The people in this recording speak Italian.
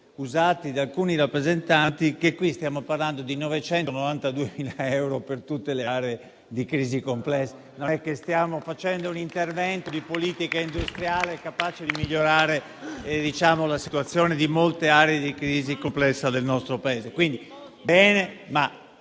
usati da alcuni rappresentanti, che qui stiamo parlando di 992.000 euro per tutte le aree di crisi complessa. Non stiamo facendo un intervento di politica industriale capace di migliorare la situazione complessa di molte aree di crisi del nostro Paese.